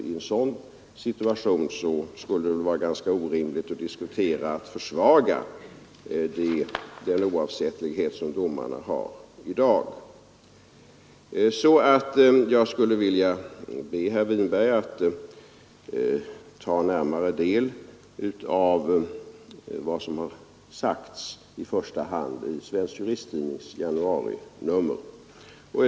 I en sådan situation skulle det väl vara ganska orimligt att diskutera en försvagning av innebörden av den oavsättlighet som domarna har i dag. Jag skulle därför vilja be herr Winberg att närmare studera vad som har sagts i första hand i Svensk Juristtidnings januarinummer.